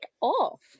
off